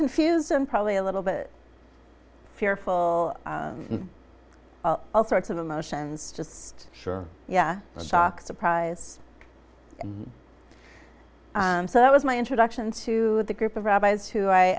confused i'm probably a little bit fearful and all sorts of emotions just sure yeah shock surprise so that was my introduction to the group of rabbis who i